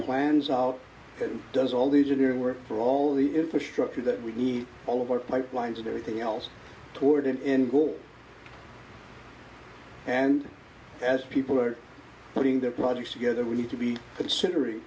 plans out and does all the generic work for all the infrastructure that we need all of our pipelines and everything else toward an end goal and as people are putting their projects together we need to be considering